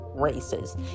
races